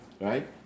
Right